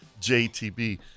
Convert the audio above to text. JTB